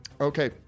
Okay